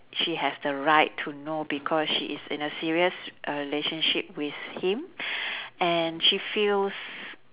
she has the right to know because she is in a serious uh relationship with him and she feels